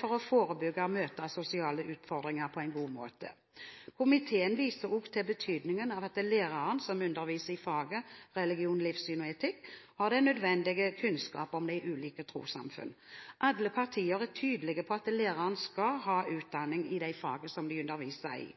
for å forebygge og å møte sosiale utfordringer på en god måte. Komiteen viser også til betydningen av at læreren som underviser i faget religion, livssyn og etikk, har den nødvendige kunnskapen om de ulike trossamfunn. Alle partier er tydelige på at lærerne skal ha utdanning i det faget de underviser i.